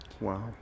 Wow